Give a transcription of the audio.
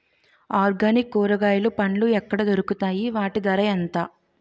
Organic కూరగాయలు పండ్లు ఎక్కడ దొరుకుతాయి? వాటి ధర ఎంత?